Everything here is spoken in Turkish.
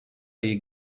ayı